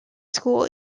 school